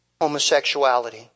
homosexuality